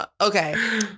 Okay